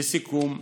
לסיכום,